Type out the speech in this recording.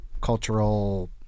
cultural